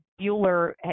Bueller